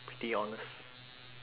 pretty honest